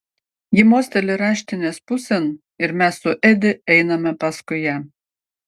ji mosteli raštinės pusėn ir mes su edi einame paskui ją